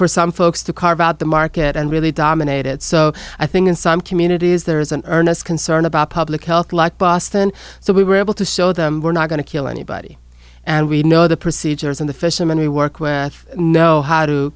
for some folks to carve out the market and really dominated so i think in some communities there is an earnest concern about public health like boston so we were able to show them we're not going to kill anybody and we know the procedures and the fishermen we work with know how to